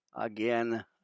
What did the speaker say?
Again